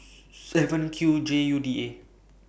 seven Q J U D eight